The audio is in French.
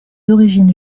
origines